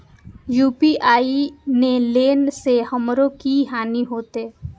UPI ने लेने से हमरो की हानि होते?